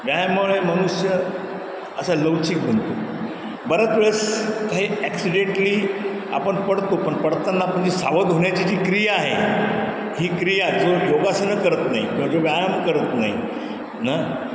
व्यायामामुळे मनुष्य असा लवचिक बनतो बऱ्याच वेळेस काही ॲक्सिडेंटली आपण पडतो पण पडताना आपण जी सावध होण्याची जी क्रिया आहे ही क्रिया जो योगासनं करत नाही किंवा जो व्यायाम करत नाही न